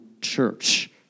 church